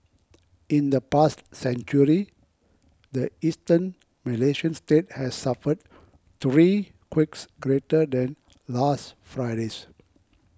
in the past century the eastern Malaysian state has suffered three quakes greater than last Friday's